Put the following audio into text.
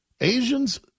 Asians